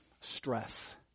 Stress